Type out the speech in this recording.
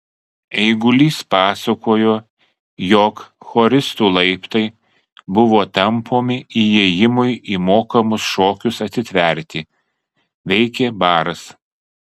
eigulys pasakojo jog choristų laiptai buvo tampomi įėjimui į mokamus šokius atitverti veikė baras